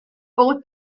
ought